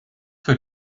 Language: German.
für